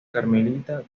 carmelita